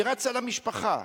היא רצה למשפחה,